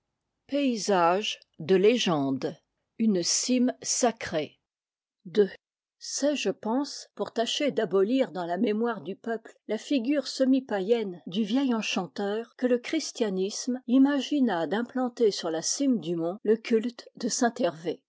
vertu de saint hervé en parfume le sommet c'est je pense pour tâcher d'abolir dans la mémoire du peuple la figure semi païenne du vieil enchanteur que le christianisme imagina d'implanter sur la cime du mont le culte de